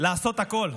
לעשות הכול,